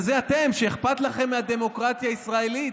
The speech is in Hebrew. וזה אתם שאכפת לכם מהדמוקרטיה הישראלית,